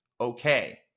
okay